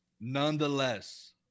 Nonetheless